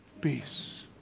peace